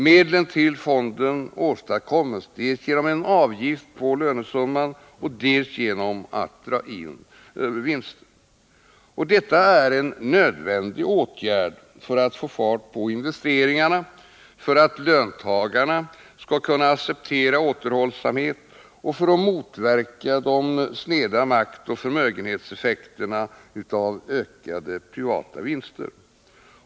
Medlen till fonden åstadkommes dels genom en avgift på lönesumman, dels genom att övervinster dras in. Detta är en nödvändig åtgärd för att få fart på investeringarna, för att löntagarna skall kunna acceptera återhållsamhet och för att motverka de sneda maktoch förmögenhetseffekterna av ökade privata vinster.